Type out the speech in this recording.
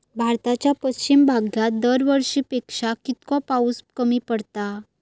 भारताच्या पश्चिम भागात दरवर्षी पेक्षा कीतको पाऊस कमी पडता?